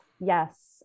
Yes